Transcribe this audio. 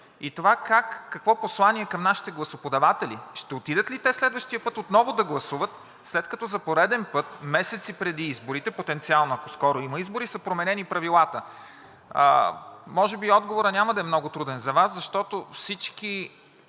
и това какво послание е към нашите гласоподаватели. Ще отидат ли те следващия път отново да гласуват, след като за пореден път месеци преди изборите потенциално, ако скоро има избори, са променени правилата? Може би отговорът няма да е много труден за Вас, защото всички